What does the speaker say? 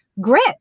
grit